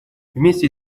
вместе